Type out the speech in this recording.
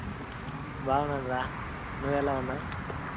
బాగున్నాను రా నువ్వు ఎలా ఉన్నావు